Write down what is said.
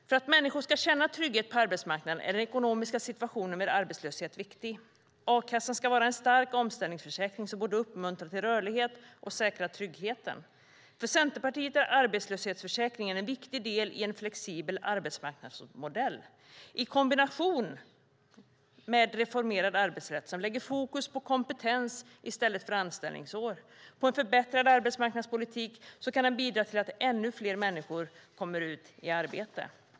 För att människor ska känna trygghet på arbetsmarknaden är den ekonomiska situationen vid arbetslöshet viktig. A-kassan ska vara en stark omställningsförsäkring som både uppmuntrar till rörlighet och säkrar tryggheten. För Centerpartiet är arbetslöshetsförsäkringen en viktig del i en flexibel arbetsmarknadsmodell. I kombination med en reformerad arbetsrätt som lägger fokus på kompetens i stället för anställningsår och på en förbättrad arbetsmarknadspolitik, kan den bidra till att ännu fler människor kommer ut i arbete.